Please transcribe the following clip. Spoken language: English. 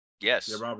Yes